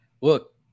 Look